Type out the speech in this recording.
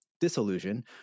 disillusion